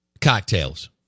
cocktails